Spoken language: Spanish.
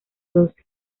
doce